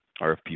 RFP